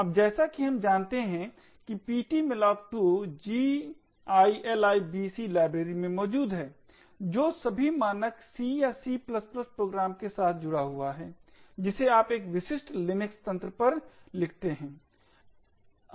अब जैसा कि हम जानते हैं कि ptmalloc2 gilibc लाइब्रेरी में मौजूद है जो सभी मानक C या C प्रोग्राम्स के साथ जुड़ा हुआ है जिसे आप एक विशिष्ट लिनक्स तंत्र पर लिखते हैं